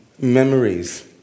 memories